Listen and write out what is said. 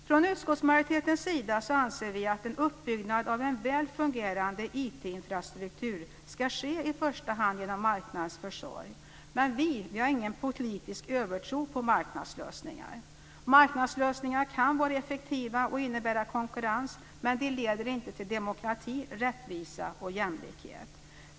Från utskottsmajoritetens sida anser vi att en uppbyggnad av en väl fungerande IT-infrastruktur ska ske i första hand genom marknadens försorg, men vi har ingen politisk övertro på marknadslösningar. Marknadslösningar kan vara effektiva och innebära konkurrens, men de leder inte till demokrati, rättvisa och jämlikhet.